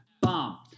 bomb